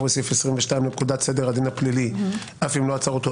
בסעיף 22 לפקודת סדר הדין הפלילי אף אם לא עצר אותו,